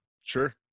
Sure